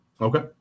Okay